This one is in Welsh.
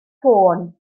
ffôn